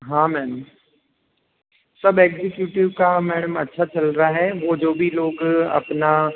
हाँ मैम सब इग्ज़ेक्युटिव का मैम अच्छा चल रहा है वो जो भी लोग अपना